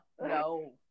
no